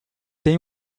tem